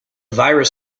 virus